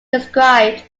described